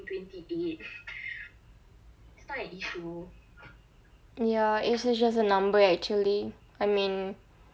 ya age is just a number actually I mean